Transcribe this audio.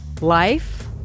Life